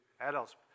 adults